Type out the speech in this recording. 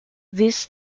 this